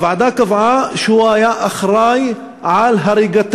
הוועדה קבעה שהוא היה אחראי להריגת